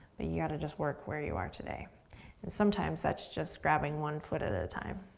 but you gotta just work where you are today. and sometimes that's just grabbing one foot at a time.